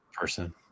person